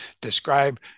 describe